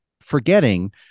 forgetting